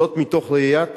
זאת, מתוך ראיית